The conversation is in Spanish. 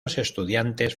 estudiantes